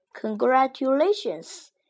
Congratulations